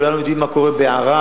כולנו יודעים מה קורה בערד,